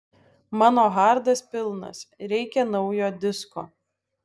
mano hardas pilnas reikia naujo disko